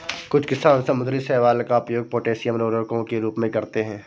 कुछ किसान समुद्री शैवाल का उपयोग पोटेशियम उर्वरकों के रूप में करते हैं